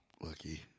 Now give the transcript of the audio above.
Lucky